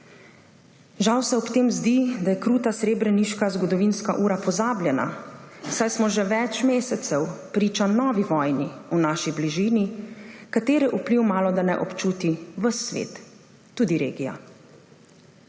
Žal se ob tem zdi, da je kruta srebreniška zgodovinska ura pozabljena, saj smo že več mesecev priča novi vojni v naši bližini, katere vpliv malodane občuti ves svet, tudi regija.